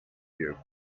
you